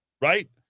right